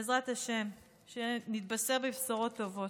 בעזרת השם שנתבשר בבשורות טובות.